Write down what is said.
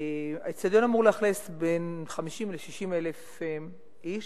האיצטדיון אמור לאכלס בין 50,000 ל-60,000 איש.